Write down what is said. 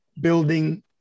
building